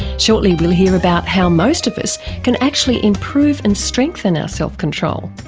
shortly we'll hear about how most of us can actually improve and strengthen our self-control.